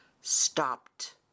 stopped